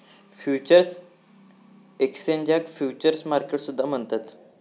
futures एक्सचेंजाक futures market सुद्धा म्हणतत